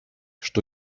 что